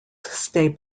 stay